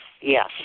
Yes